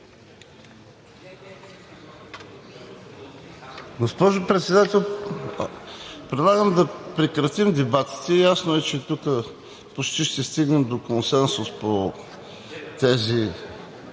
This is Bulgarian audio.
Госпожо Председател, предлагам да прекратим дебатите. Ясно е, че тук почти ще стигнем до консенсус по тези